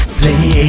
play